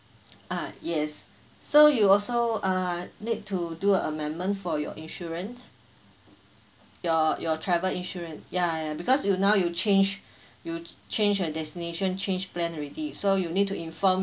ah yes so you also uh need to do amendment for your insurance your your travel insurance ya because you now you change you change your destination change plan already so you'll need to inform